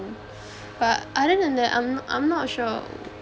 but other than that I'm not I'm not sure